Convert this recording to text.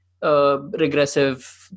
Regressive